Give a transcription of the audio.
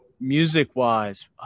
Music-wise